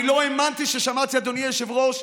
אני לא האמנתי כששמעתי, אדוני היושב-ראש.